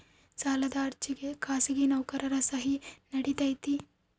ಸಾಲದ ಅರ್ಜಿಗೆ ಖಾಸಗಿ ನೌಕರರ ಸಹಿ ನಡಿತೈತಿ?